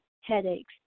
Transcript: headaches